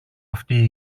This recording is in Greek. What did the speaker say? αυτοί